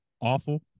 awful